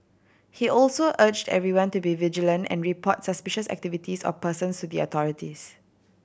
he also urged everyone to be vigilant and report suspicious activities or persons to the authorities